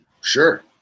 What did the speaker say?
sure